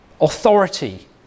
authority